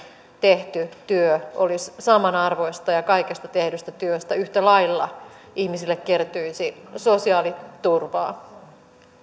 tehty työ olisi samanarvoista ja kaikesta tehdystä työstä yhtä lailla ihmiselle kertyisi sosiaaliturvaa